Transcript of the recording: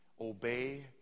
Obey